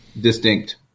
distinct